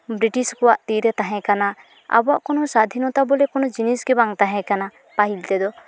British ᱠᱚᱣᱟᱜ ᱛᱤᱨᱮ ᱛᱟᱦᱮᱸ ᱠᱟᱱᱟ ᱟᱵᱚᱣᱟᱜ ᱠᱳᱱᱳ ᱥᱟᱹᱫᱷᱤᱱᱚᱛᱟ ᱵᱚᱞᱮ ᱠᱳᱱᱳ ᱡᱤᱱᱤᱥ ᱜᱮ ᱵᱟᱝ ᱛᱟᱦᱮᱸ ᱠᱟᱱᱟ ᱯᱟᱹᱦᱤᱞ ᱛᱮᱫᱚ